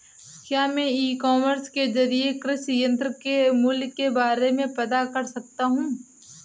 क्या मैं e commerce के ज़रिए कृषि यंत्र के मूल्य के बारे में पता कर सकता हूँ?